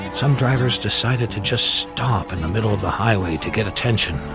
some drivers decided to just stop in the middle of the highway to get attention,